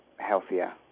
healthier